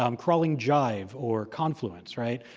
um crawling jive or confluence, right?